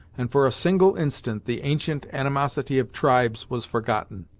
and for a single instant the ancient animosity of tribes was forgotten,